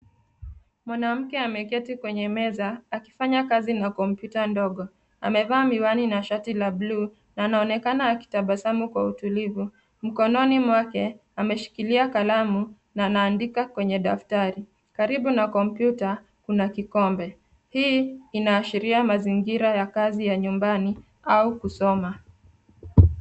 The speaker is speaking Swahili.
Mwanamke ameketi kwenye meza akifanya kazi na kompyuta ndogo ,amevaa miwani na shati la buluu na anaonekana akitabasamu kwa utulivu, mkononi mwake ameshikilia kalamu na anaandika kwenye daftari karibu na kompyuta kuna kikombe, hii inaashiria mazingira ya kazi ya nyumbani au kusoma.